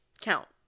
count